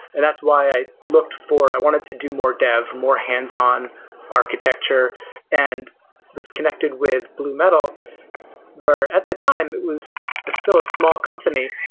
and that's why i looked for i wanted to do more dev, more hands-on architecture and i was connected with blue metal where at the time it was and still a small company.